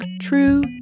true